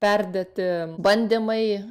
perdėti bandymai